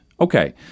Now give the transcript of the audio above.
Okay